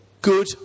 Good